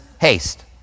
haste